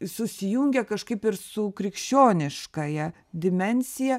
susijungia kažkaip ir su krikščioniškąja dimensija